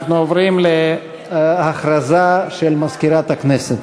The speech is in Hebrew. אנחנו עוברים להודעה של מזכירת הכנסת.